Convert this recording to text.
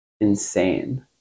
insane